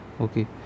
okay